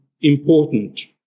important